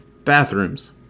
Bathrooms